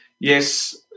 yes